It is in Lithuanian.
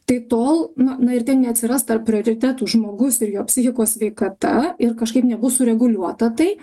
tai tol na na ir ten neatsiras tarp prioritetų žmogus ir jo psichikos sveikata ir kažkaip nebus sureguliuota tai